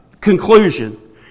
conclusion